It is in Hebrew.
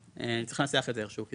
צריך לנסח את זה איכשהו.